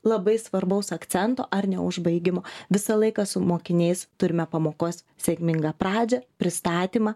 labai svarbaus akcento ar neužbaigimo visą laiką su mokiniais turime pamokos sėkmingą pradžią pristatymą